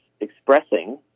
expressing